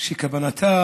שכוונתה